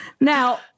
Now